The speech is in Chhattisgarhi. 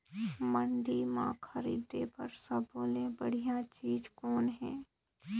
मंडी म खरीदे बर सब्बो ले बढ़िया चीज़ कौन हे?